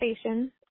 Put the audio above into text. station